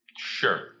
Sure